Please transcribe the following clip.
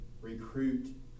recruit